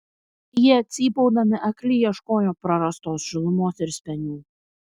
jie cypaudami akli ieškojo prarastos šilumos ir spenių